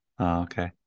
okay